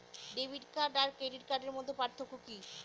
Debit card আর credit কার্ডের মধ্যে পার্থক্য কি?